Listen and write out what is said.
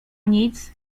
nic